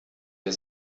der